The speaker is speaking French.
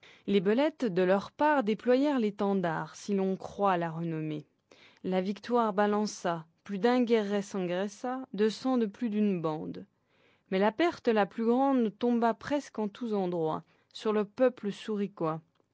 les belettes de leur part déployèrent l'étendard si l'on croit la renommée la victoire balança plus d'un guéret s'engraissa du sang de plus d'une bande mais la perte la plus grande tomba presque en tous endroits sur le peuple souriquois